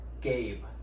Gabe